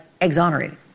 exonerated